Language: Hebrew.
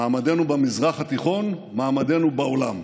מעמדנו במזרח התיכון ומעמדנו בעולם.